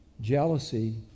jealousy